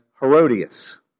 Herodias